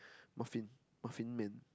muffin muffin man